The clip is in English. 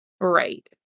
right